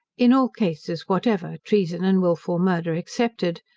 in all cases whatever, treason and wilful murder excepted,